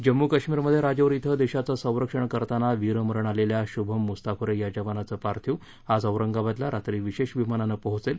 जम्मू काश्मीरमध्ये राजौरी िंदेशाचं संरक्षण करताना वीरमरण आलेल्या शुभम मुस्तापुरे या जवानाचं पार्थिव आज औरंगाबादला रात्री विशेष विमानानं पोहोचेल